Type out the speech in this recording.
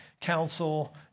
council